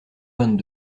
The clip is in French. vingt